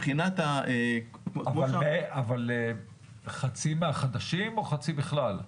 אבל חצי מהחדשים או חצי בכלל?